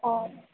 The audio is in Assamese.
অঁ